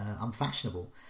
unfashionable